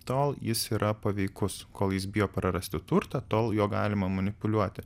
tol jis yra paveikus kol jis bijo prarasti turtą tol juo galima manipuliuoti